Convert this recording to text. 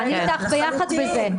אני איתך ביחד בזה,